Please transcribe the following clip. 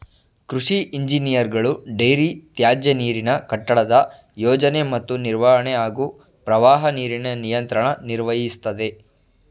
ಕೃಷಿ ಇಂಜಿನಿಯರ್ಗಳು ಡೈರಿ ತ್ಯಾಜ್ಯನೀರಿನ ಕಟ್ಟಡದ ಯೋಜನೆ ಮತ್ತು ನಿರ್ವಹಣೆ ಹಾಗೂ ಪ್ರವಾಹ ನೀರಿನ ನಿಯಂತ್ರಣ ನಿರ್ವಹಿಸ್ತದೆ